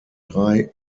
drei